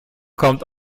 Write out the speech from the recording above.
kommt